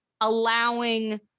allowing